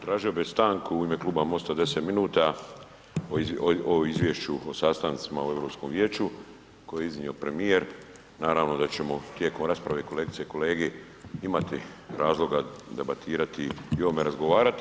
Tražio bi stanku u ime Kluba MOST-a, 10 minuta o izvješću o sastancima u Europskom vijeću koje je iznio premijer, naravno da ćemo tijekom rasprave kolegice i kolege imati razloga debatirati i o ovome razgovarati.